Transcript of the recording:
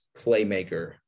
playmaker